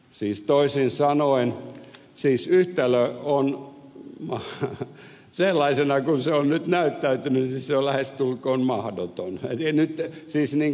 siis toisin sanoen yhtälö on sellaisena kuin se on nyt näyttäytynyt lähestulkoon mahdoton